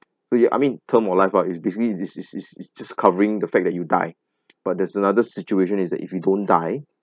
so ya I mean term or life lah it's basically it's is is is just covering the fact that you die but there's another situation is that if you don't die